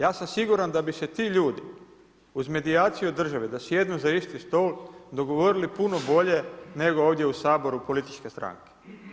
Ja sam siguran da bi se ti ljudi uz medijaciju države, da sjednu za isti stol, dogovorili puno bolje nego ovdje u Saboru političke stranke.